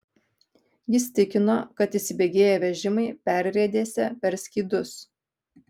jis tikino kad įsibėgėję vežimai perriedėsią per skydus